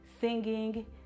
singing